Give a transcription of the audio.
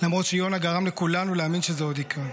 למרות שיונה גרם לכולנו להאמין שזה עוד יקרה.